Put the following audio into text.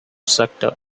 sector